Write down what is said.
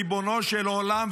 ריבונו של עולם,